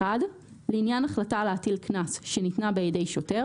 לעניין החלטה להטיל קנס שניתנה בידי שוטר